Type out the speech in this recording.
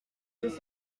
fait